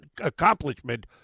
accomplishment